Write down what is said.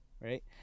right